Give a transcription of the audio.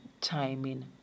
timing